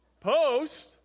post